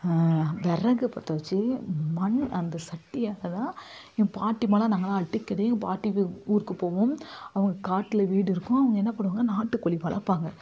விறகு பற்ற வச்சு மண் அந்த சட்டியில் தான் எங்கள் பாட்டிம்மாலாம் நாங்கெல்லாம் அடிக்கடி எங்கள் பாட்டி ஊருக்கு போவோம் அவங்க காட்டில் வீடு இருக்கும் அவங்க என்ன பண்ணுவாங்க நாட்டுக்கோழி வளர்ப்பாங்க